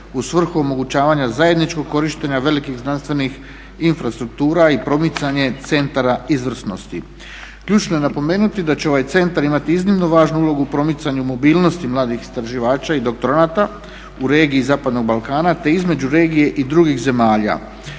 u svrhu omogućavanja zajedničkog korištenja velikih znanstvenih infrastruktura i promicanje centara izvrsnosti. Ključno je napomenuti da će ovaj centar imati iznimno važnu ulogu u promicanju mobilnosti mladih istraživača i doktoranata u regiji zapadnog Balkana te između regije i drugih zemalja.